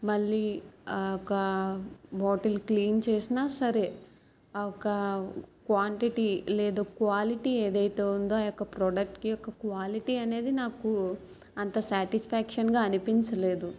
మళ్ళీ ఒక bottle clean చేసిన సరే ఒక క్వాంటిటీ లేదు క్వాలిటీ ఏదైతే ఉందో ఆ యొక్క ప్రోడక్ట్కి యొక క్వాలిటీ అనేది నాకు అంత సాటిస్ఫాక్షన్గా అనిపించలేదు